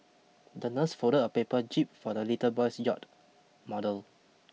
the nurse folded a paper jib for the little boy's yacht model